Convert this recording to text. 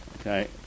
okay